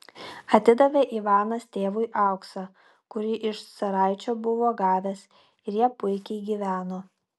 atidavė ivanas tėvui auksą kurį iš caraičio buvo gavęs ir jie puikiai gyveno